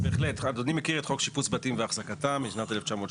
אדוני מכיר את חוק שיפוץ בתים ואחזקתם מ-1980.